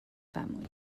family